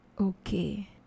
okay